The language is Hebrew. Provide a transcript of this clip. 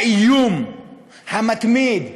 האיום המתמיד,